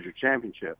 championship